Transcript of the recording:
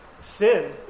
sin